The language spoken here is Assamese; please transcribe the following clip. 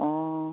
অঁ